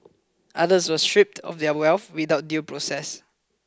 others were stripped of their wealth without due process